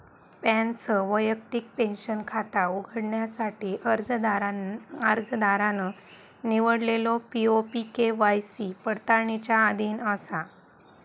पॅनसह वैयक्तिक पेंशन खाता उघडण्यासाठी अर्जदारान निवडलेलो पी.ओ.पी के.वाय.सी पडताळणीच्या अधीन असा